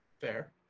fair